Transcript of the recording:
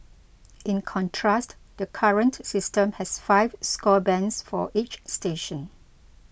in contrast the current system has five score bands for each station